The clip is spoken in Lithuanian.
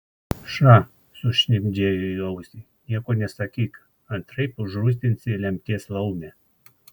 ša sušnibždėjo į ausį nieko nesakyk antraip užrūstinsi lemties laumę